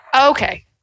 Okay